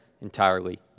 entirely